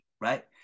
right